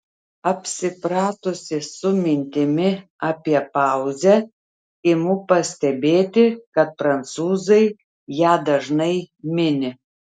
apsipratusi su mintimi apie pauzę imu pastebėti kad prancūzai ją dažnai mini